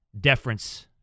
deference